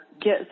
get